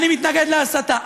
אני מתנגד להסתה,